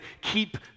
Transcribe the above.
keep